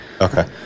Okay